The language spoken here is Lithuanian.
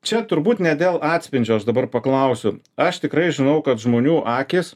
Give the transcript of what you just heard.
čia turbūt ne dėl atspindžio aš dabar paklausiu aš tikrai žinau kad žmonių akys